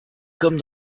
comme